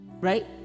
Right